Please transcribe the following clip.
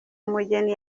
umugeni